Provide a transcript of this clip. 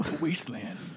wasteland